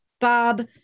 Bob